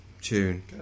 tune